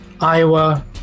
Iowa